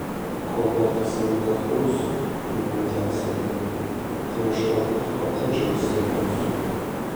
kol dar tas vaikas bus nutęsia ji tai aš gal ir kotedžą įsirengsiu